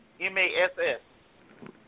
M-A-S-S